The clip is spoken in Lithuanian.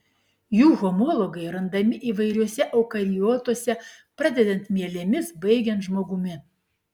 jų homologai randami įvairiuose eukariotuose pradedant mielėmis baigiant žmogumi